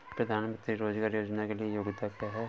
प्रधानमंत्री रोज़गार योजना के लिए योग्यता क्या है?